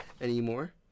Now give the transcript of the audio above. anymore